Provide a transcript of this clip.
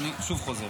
לתקנון הכנסת.